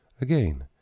Again